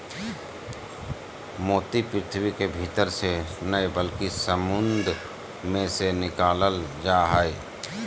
मोती पृथ्वी के भीतर से नय बल्कि समुंद मे से निकालल जा हय